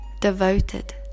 devoted